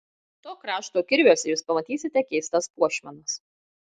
to krašto kirviuose jūs pamatysite keistas puošmenas